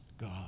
God